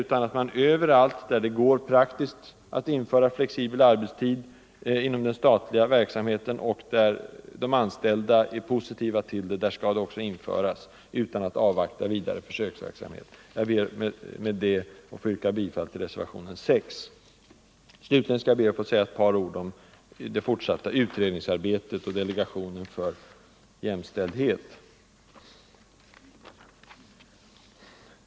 Utan att avvakta vidare försöksverksamhet bör flexibel arbetstid införas överallt inom den statliga verksamheten där detta är praktiskt möjligt, och där de anställda är positiva till det. Jag ber med detta att få yrka bifall till reservationen 6. Slutligen skall jag be att få säga ett par ord om det fortsatta utredningsarbetet och delegationen för jämställdhet.